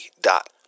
dot